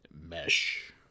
mesh